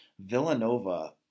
Villanova